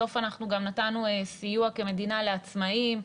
בסוף אנחנו גם נתנו סיוע כמדינה לעצמאים,